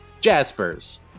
Jaspers